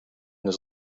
his